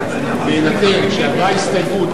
בהינתן שעברה הסתייגות,